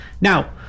Now